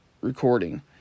recording